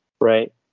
Right